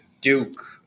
Duke